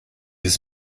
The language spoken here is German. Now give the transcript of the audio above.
ist